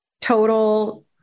total